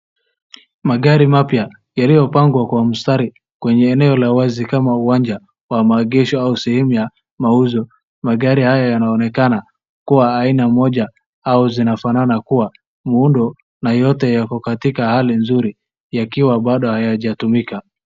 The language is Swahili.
Magari mapya yaliyopangwa kwa mstari kwenye eneo la wazi kama uwanja wa maegesho au sehemu ya mauzo,. Magari haya yanaonekana kuwa aina moja au zinafanana kwa mundo na yote yako katika hali nzuri yakiwa bado hayajatumika.